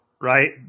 Right